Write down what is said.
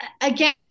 Again